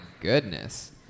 goodness